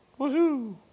Woohoo